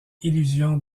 illusion